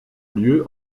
lieu